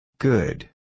Good